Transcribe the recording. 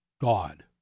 God